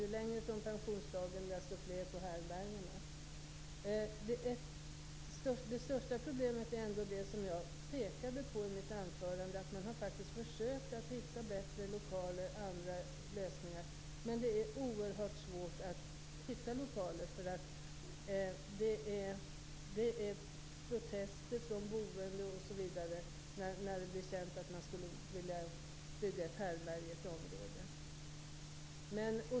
Ju längre från pensionsdagen det är, desto fler blir det på härbärgena. Det största problemet är ändå det som jag pekade på i mitt anförande, nämligen att man faktiskt har försökt att hitta bättre lokaler och andra lösningar, men att det är oerhört svårt att hitta lokaler. Det blir protester från de boende när det blir känt att man vill bygga ett härbärge i ett område.